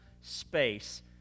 space